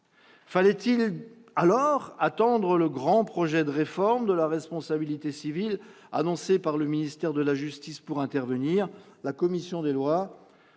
Fallait-il alors attendre le grand projet de réforme de la responsabilité civile annoncé par le ministère de la justice pour intervenir ? La commission des lois a